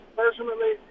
personally